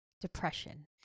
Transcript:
depression